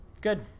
Good